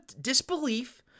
disbelief